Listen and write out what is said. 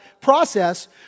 process